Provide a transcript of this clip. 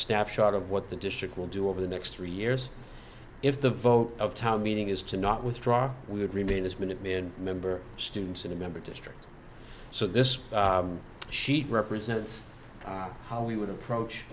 step short of what the district will do over the next three years if the vote of town meeting is to not withdraw we would remain as minute in member students in a member district so this sheet represents how we would approach